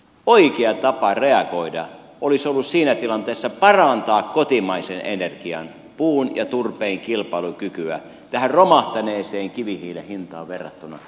oikea tapa reagoida olisi ollut siinä tilanteessa parantaa kotimaisen energian puun ja turpeen kilpailukykyä tähän romahtaneeseen kivihiilen hintaan verrattuna